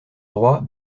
droit